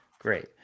great